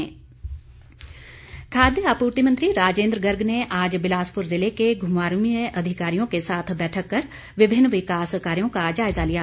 राजेन्द्र गर्ग खाद्य आपूर्ति मंत्री राजेन्द्र गर्ग ने आज बिलासपुर ज़िले के घुमारवी में अधिकारियों के साथ बैठक कर विभिन्न विकास कार्यों का जायज़ा लिया